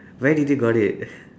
where did you got it